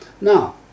Now